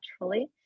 naturally